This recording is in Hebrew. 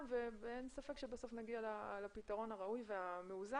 ואין ספק שבסוף נגיע לפתרון הראוי והמאוזן,